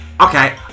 Okay